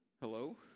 Hello